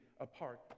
apart